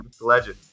legend